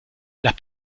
las